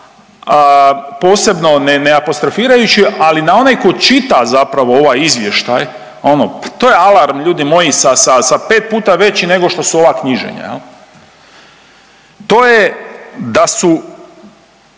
posebno ne, ne apostrofirajući, ali onaj ko čita zapravo ovaj izvještaj, ono, pa to je alarm ljudi moji sa, sa, sa, pet puta veći nego što su ova knjižena jel. To je da su,